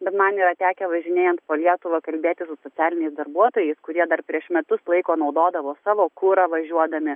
bet man yra tekę važinėjant po lietuvą kalbėtis su socialiniais darbuotojais kurie dar prieš metus laiko naudodavo savo kurą važiuodami